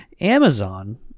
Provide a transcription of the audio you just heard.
Amazon